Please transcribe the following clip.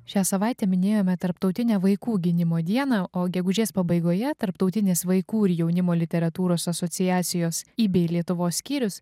šią savaitę minėjome tarptautinę vaikų gynimo dieną o gegužės pabaigoje tarptautinės vaikų ir jaunimo literatūros asociacijos ibei lietuvos skyrius